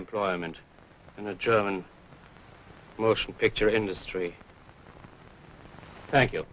employment in the german motion picture industry thank